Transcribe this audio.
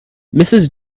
mrs